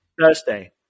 Thursday